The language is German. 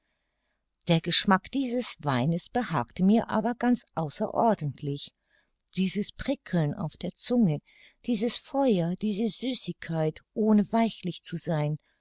der geschmack dieses weines behagte mir aber ganz außerordentlich dieses prickeln auf der zunge dieses feuer diese süßigkeit ohne weichlich zu sein